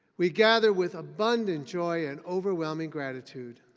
we gather with abundant joy and overwhelming gratitude.